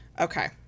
okay